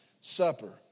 supper